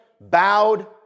Bowed